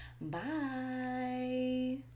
Bye